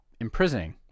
imprisoning